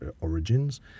origins